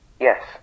Yes